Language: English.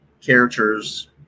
characters